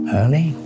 early